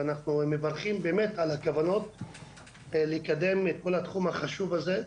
ואנחנו מברכים באמת על הכוונות לקדם את כל התחום החשוב הזה.